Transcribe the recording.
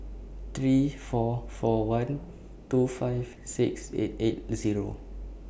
three four four one two five six eight eight Zero